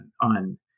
on